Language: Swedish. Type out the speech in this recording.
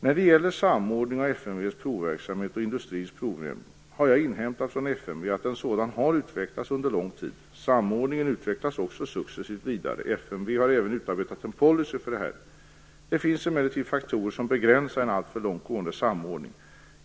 När det gäller samordning av FMV:s provverksamhet och industrins provning har jag inhämtat från FMV att en sådan har utvecklats under lång tid. Samordningen utvecklas också successivt vidare. FMV har även utarbetat en policy för detta. Det finns emellertid faktorer som begränsar en alltför långt gående samordning.